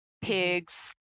pigs